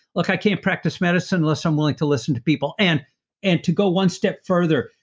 look, i can't practice medicine unless i'm willing to listen to people and and to go one step further.